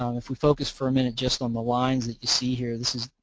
um if we focus for a minute just on the lines that you see here, this is,